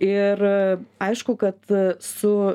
ir aišku kad su